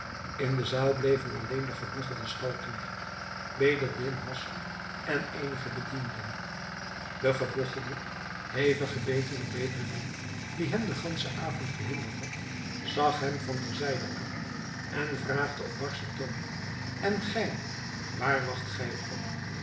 in de zaal bleven alleen de gebogchelde stalknecht bedreddin hassan en eenige bedienden de gebogchelde hevig gebeten op bedreddin die hem den ganschen avond gehinderd had zag hem van ter zijde aan en vraagde op barschen toon en gij waar wacht gij op